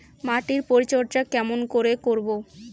মাটির পরিচর্যা কেমন করে করব?